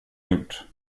gjort